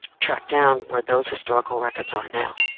track down where those historical records are now.